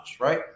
right